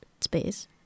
space